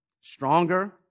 Stronger